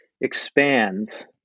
expands